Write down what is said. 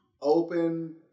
open